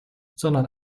sondern